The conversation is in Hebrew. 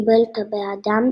קיבל אותה באהדה,